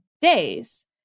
days